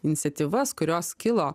iniciatyvas kurios kilo